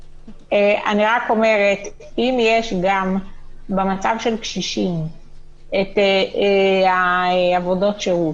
אני רק אומרת: אם יש גם במצב של קשישים עבודות שירות,